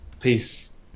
peace